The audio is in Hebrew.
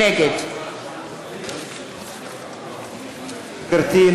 נגד גברתי,